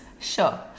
Sure